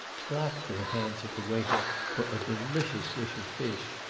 clapped their hands at the waiter for a delicious dish of fish,